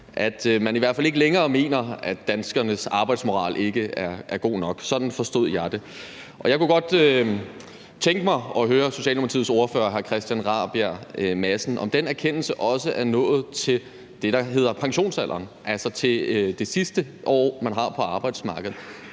at man i hvert fald ikke længere mener, at danskernes arbejdsmoral ikke er god nok. Sådan forstod jeg det. Jeg kunne godt tænke mig at høre Socialdemokratiets ordfører, hr. Christian Rabjerg Madsen, om den erkendelse også er nået i forhold til det, der hedder pensionsalderen, altså til det sidste år, man har på arbejdsmarkedet.